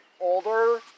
older